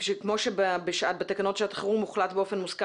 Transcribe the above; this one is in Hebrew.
כתבתי שכמו שבתקנות שעת חירום הוחלט באופן מושכל